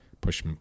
push